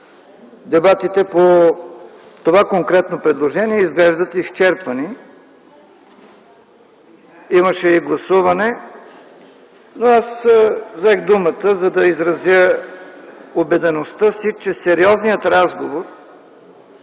Дебатите по това конкретно предложение изглеждат изчерпани. Имаше и гласуване, но аз взех думата, за да изразя убедеността си, че сериозният разговор